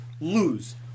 lose